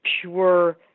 pure